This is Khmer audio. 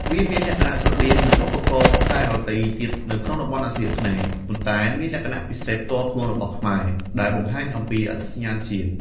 វាមានលក្ខណៈស្រដៀងនឹងឧបករណ៍ខ្សែដទៃទៀតនៅក្នុងតំបន់អាស៊ីអាគ្នេយ៍ ប៉ុន្តែមានលក្ខណៈពិសេសផ្ទាល់ខ្លួនរបស់ខ្មែរ ដែលបង្ហាញពីអត្តសញ្ញាណជាតិ។